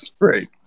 Great